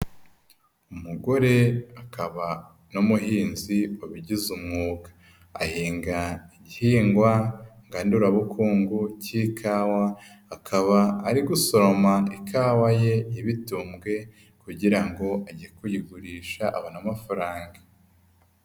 Umugore akaba n'umuhinzi wabigize umwuga, ahinga igihingwa ngandurabukungu k'ikawa akaba ari gusoroma ikawa ye y'ibitumbwe kugira ngo ajye kuyigurisha abone amafaranga.